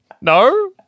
No